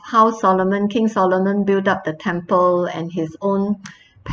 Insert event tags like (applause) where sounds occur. how solomon king solomon build up the temple and his own (noise)